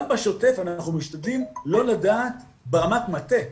גם בשוטף אנחנו משתדלים לא לדעת ברמת מטה,